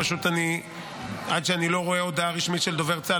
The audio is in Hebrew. פשוט עד שאני לא רואה הודעה רשמית של דובר צה"ל,